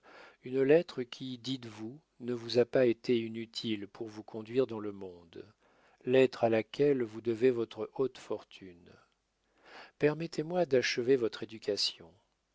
une lettre qui dites-vous ne vous a pas été inutile pour vous conduire dans le monde lettre à laquelle vous devez votre haute fortune permettez-moi d'achever votre éducation